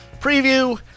preview